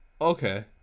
Okay